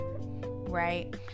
right